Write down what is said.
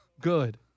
good